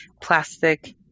plastic